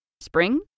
Spring